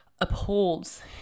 upholds